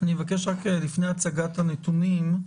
לפני הצגת הנתונים,